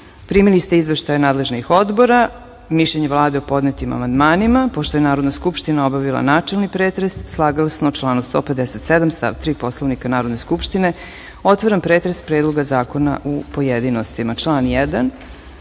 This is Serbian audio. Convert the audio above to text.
ste izveštaje nadležnih odbora i mišljenje Vlade o podnetim amandmanima. Pošto je Narodna skupština obavila načelni pretres, saglasno članu 157. stav 3. Poslovnika Narodne skupštine, otvaram pretres Predloga zakona u pojedinostima. Na član 1.